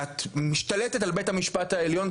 את משתלטת על בית המשפט העליון,